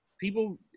people